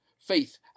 faith